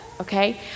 okay